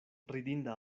ridinda